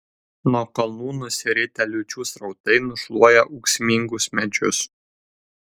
nuo kalnų nusiritę liūčių srautai nušluoja ūksmingus medžius